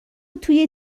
توی